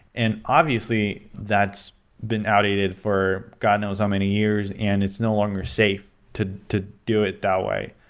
and obviously, that's been outdated for god knows how many years, and it's no longer safe to to do it that way.